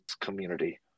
community